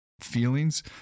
feelings